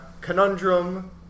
conundrum